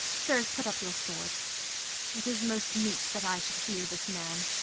sirs, put up your swords it is most meet that i should hear this man.